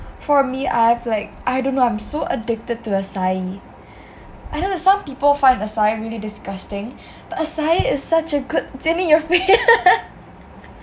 for me I've like I don't know I'm so addicted to acai I don't know some some people find acai really disgusting but acai is such a good Jian-Ning you're f~